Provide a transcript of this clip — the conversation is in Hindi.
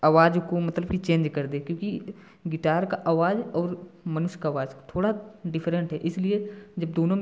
आवाज को मतलब कि चेंज कर दे क्योंकि गिटार का आवाज और मनुष्य का आवाज थोड़ा डिफ़्रेंट है इसलिए जब दोनों